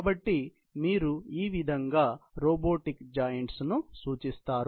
కాబట్టి మీరు ఈ విధంగా రోబోటిక్ జాయింట్స్ ను సూచిస్తారు